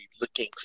looking